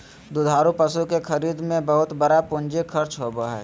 दुधारू पशु के खरीद में बहुत बड़ा पूंजी खर्च होबय हइ